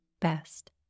best